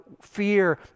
fear